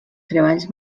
treballs